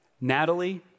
Natalie